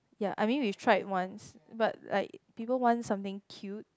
ya I mean we've tried once but like people want something cute